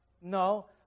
No